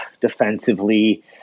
defensively